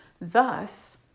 Thus